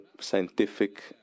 scientific